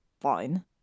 Fine